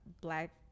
black